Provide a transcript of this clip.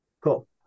cool